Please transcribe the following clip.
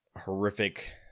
horrific